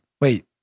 Wait